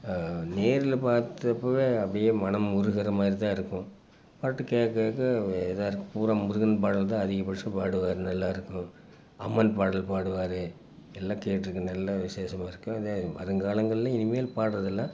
நேரில் பார்த்தப்பவே அப்படியே மனம் உருகிற மாதிரி தான் இருக்கும் பாட்டு கேட்க கேட்க இதாக இருக்கும் பூரா முருகன் பாடல் தான் அதிகபட்சம் பாடுவார் நல்லாயிருக்கும் அம்மன் பாடல் பாடுவார் எல்லாம் கேட்டிருக்கேன் நல்ல விசேஷமா இருக்கும் அதே வருங்காலங்களில் இனிமேல் பாடுறதெல்லாம்